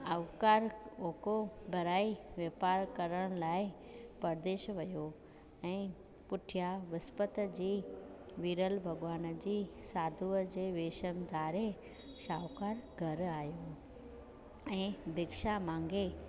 शाहूकार होको भराए व्यापार करण लाइ परदेस वियो ऐं पुठियां विस्पति जे वीरल भॻिवान जी साधूअ जो वेष धारे शाहूकारु घर आहियो ऐं भिक्षा मांगे